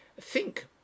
Think